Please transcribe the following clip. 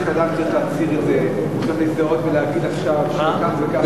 שאדם צריך להצהיר את זה וצריך להזדהות ולהגיד עכשיו שכך וכך,